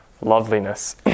loveliness